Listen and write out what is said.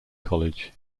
college